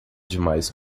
demais